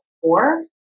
four